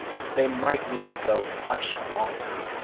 they might need to go much longer.